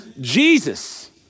Jesus